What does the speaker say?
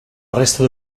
resta